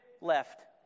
left